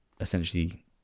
essentially